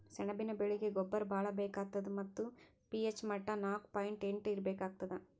ಸೆಣಬಿನ ಬೆಳೀಗಿ ಗೊಬ್ಬರ ಭಾಳ್ ಬೇಕಾತದ್ ಮತ್ತ್ ಪಿ.ಹೆಚ್ ಮಟ್ಟಾ ನಾಕು ಪಾಯಿಂಟ್ ಎಂಟು ಇರ್ಬೇಕಾಗ್ತದ